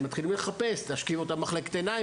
אז מתחילים לחפש איפה להשכיב אותה במחלקת עיניים,